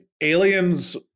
aliens